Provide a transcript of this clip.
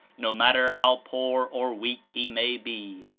no matter how poor or weak he may be.